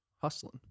hustling